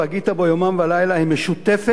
"והגית בו יומם ולילה" היא משותפת